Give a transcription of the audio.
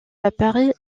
apparaît